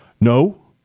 No